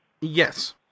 Yes